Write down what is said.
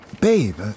Babe